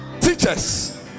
teachers